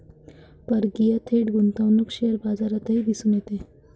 परकीय थेट गुंतवणूक शेअर बाजारातही दिसून येते